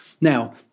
Now